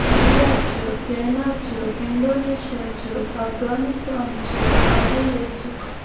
India چھُ China چھُ Indonesia چھُ آفغانِستان چھُ اَلجیریا چھُ